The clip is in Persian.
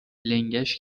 لنگش